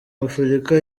afurika